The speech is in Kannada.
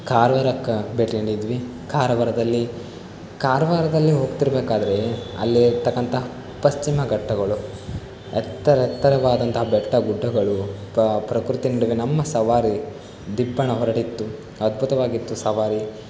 ಕಾರವಾರಕ್ಕೆ ಭೇಟಿ ನೀಡಿದ್ವಿ ಕಾರವಾರದಲ್ಲಿ ಕಾರವಾರದಲ್ಲಿ ಹೋಗ್ತಿರಬೇಕಾದರೆ ಅಲ್ಲಿರತಕ್ಕಂಥ ಪಶ್ಚಿಮಘಟ್ಟಗಳು ಎತ್ತರೆತ್ತರವಾದಂತಹ ಬೆಟ್ಟ ಗುಡ್ಡಗಳು ಪ ಪ್ರಕೃತಿ ನಡುವೆ ನಮ್ಮ ಸವಾರಿ ದಿಬ್ಬಣ ಹೊರಟಿತ್ತು ಅದ್ಭುತವಾಗಿತ್ತು ಸವಾರಿ